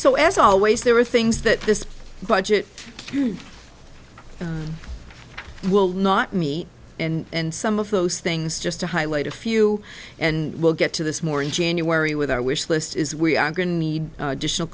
as always there are things that this budget will not meet and some of those things just to highlight a few and we'll get to this more in january with our wish list is we are going to need additional